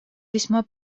весьма